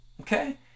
okay